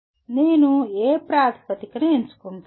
నేను ఏ ప్రాతిపదికన ఎంచుకుంటాను